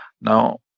Now